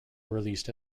released